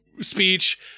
speech